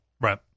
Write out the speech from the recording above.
right